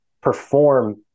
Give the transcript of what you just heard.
perform